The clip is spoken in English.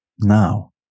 Now